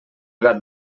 gat